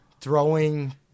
throwing